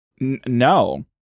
No